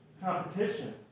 competition